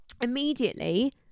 immediately